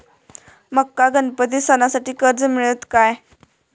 माका गणपती सणासाठी कर्ज मिळत काय?